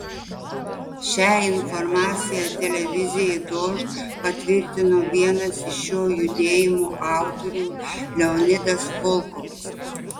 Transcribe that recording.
šią informaciją televizijai dožd patvirtino vienas iš šio judėjimo autorių leonidas volkovas